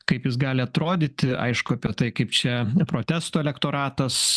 kaip jis gali atrodyti aišku apie tai kaip šią protesto elektoratas